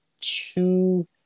two